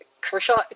Kershaw